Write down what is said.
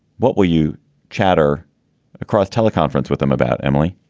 what will you chatter across teleconference with them about, emily?